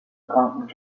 grand